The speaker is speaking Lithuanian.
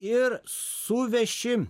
ir suveši